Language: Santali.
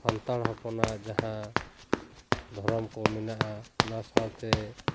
ᱥᱟᱱᱛᱟᱲ ᱦᱚᱯᱚᱱᱟᱜ ᱡᱟᱦᱟᱸ ᱫᱷᱚᱨᱚᱢ ᱠᱚ ᱢᱮᱱᱟᱜᱼᱟ ᱚᱱᱟ ᱥᱟᱶᱛᱮ